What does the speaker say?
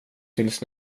tills